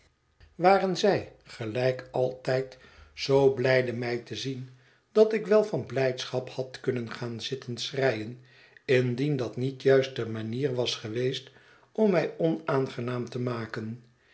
waren zij gelijk altijd zoo blijde mij te zien dat ik wel van blijdschap had kunnen gaan zitten schreien indien dat niet juist de manier was geweest om mij onaangenaam te maken